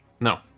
No